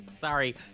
Sorry